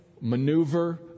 maneuver